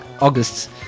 August